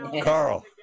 carl